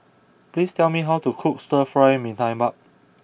please tell me how to cook Stir Fry Mee Tai Mak